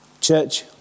church